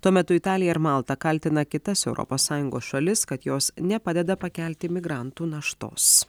tuo metu italija ir malta kaltina kitas europos sąjungos šalis kad jos nepadeda pakelti migrantų naštos